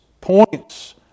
points